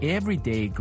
Everyday